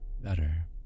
better